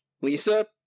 Lisa